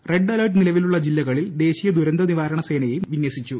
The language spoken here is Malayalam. റെഡ് അലർട്ട് നിലവിലുള്ള ജില്ലകളിൽ ദേശീയ ദുരന്തനിവാരണ സേനയെയും വിനൃസിച്ചു